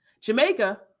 Jamaica